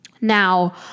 Now